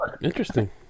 Interesting